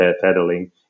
pedaling